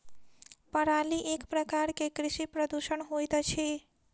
पराली एक प्रकार के कृषि प्रदूषण होइत अछि